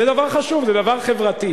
זה דבר חשוב, זה דבר חברתי.